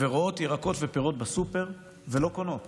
ורואות ירקות ופירות בסופר ולא קונות